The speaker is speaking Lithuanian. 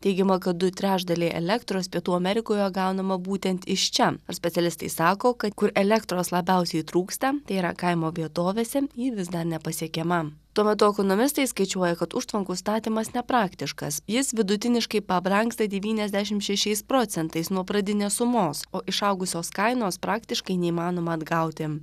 teigiama kad du trečdaliai elektros pietų amerikoje gaunama būtent iš čia ar specialistai sako kad kur elektros labiausiai trūksta tai yra kaimo vietovėse ji vis dan nepasiekiama tuo metu ekonomistai skaičiuoja kad užtvankų statymas nepraktiškas jis vidutiniškai pabrangsta devyniasdešim šešiais procentais nuo pradinės sumos o išaugusios kainos praktiškai neįmanoma atgauti